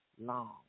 Long